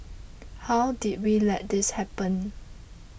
how did we let this happen